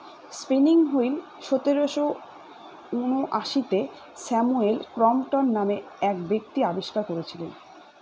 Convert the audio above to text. spinning wheel সতেরোশো ঊনআশিতে Samuel Crompton নামে এক ব্যক্তি আবিষ্কার করেছিলেন